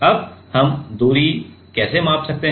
अब हम दूरी कैसे माप सकते हैं